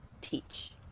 teach